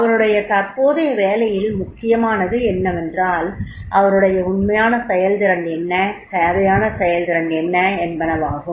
அவருடைய தற்போதைய வேலையில் முக்கியமானது என்னவென்றால் அவருடைய உண்மையான செயல்திறன் என்ன தேவையான செயல்திறன் என்ன என்பனவாகும்